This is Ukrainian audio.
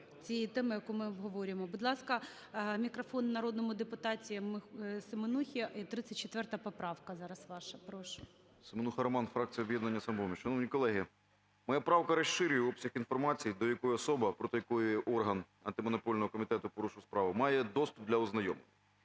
цієї теми, яку ми обговорюємо. Будь ласка, мікрофон народному депутату Семенусі, і 34 поправка зараз ваша. Прошу. 12:53:41 СЕМЕНУХА Р.С. Семенуха Роман, фракція "Об'єднання "Самопоміч". Шановні колеги, моя правка розширює обсяг інформації, до якої особа, проти якої орган Антимонопольного комітету порушує справу, має доступ для ознайомлення.